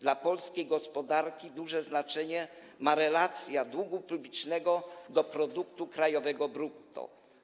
Dla polskiej gospodarki duże znaczenie ma relacja długu publicznego do produktu krajowego brutto.